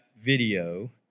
video